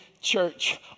church